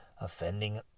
offending